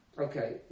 Okay